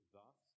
Thus